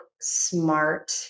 smart